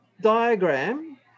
diagram